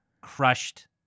crushed